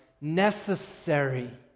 necessary